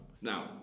Now